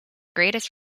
greatest